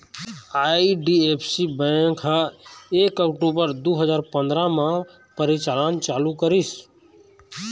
IDFC bank ह एक अक्टूबर दू हजार पंदरा म परिचालन चालू करिस